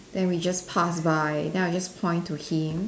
then we just pass by then I will just point to him